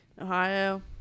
Ohio